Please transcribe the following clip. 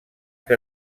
que